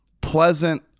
pleasant